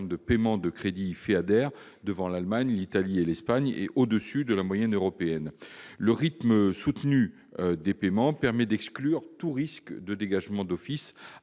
de paiement sur les crédits FEADER- devant l'Allemagne, l'Italie et l'Espagne -et au-dessus de la moyenne européenne. Le rythme soutenu des paiements permet d'exclure tout risque de dégagement d'office